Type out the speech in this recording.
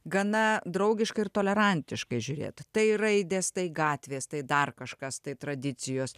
gana draugiškai ir tolerantiškai žiūrėt tai raidės tai gatvės tai dar kažkas tai tradicijos